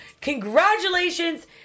congratulations